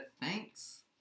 thanks